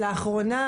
שלאחרונה